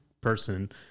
person